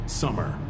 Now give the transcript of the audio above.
summer